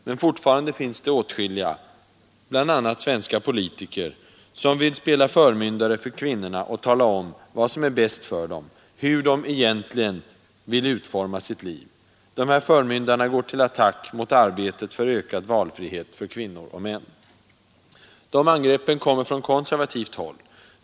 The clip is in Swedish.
Men fortfarande finns det åtskilliga, bl.a. svenska politiker, som vill spela förmyndare för kvinnorna och tala om vad som är bäst för dem, hur de egentligen vill utforma sina liv. Dessa förmyndare går till attack mot arbetet för ökad valfrihet för kvinnor och män. De angreppen kommer bl.a. från konservativt håll.